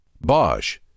Bosch